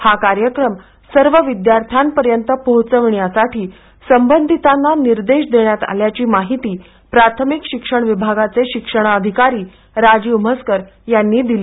हा कार्यक्रम सर्व विद्यार्थ्यापर्यत पोहचविण्यासाठी सबंधितांना निर्देश देण्यात आल्याची माहिती प्राथमिक शिक्षण विभागाचे शिक्षणाधिकारी राजीव म्हसकर यांनी दिली